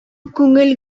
күңел